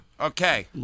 Okay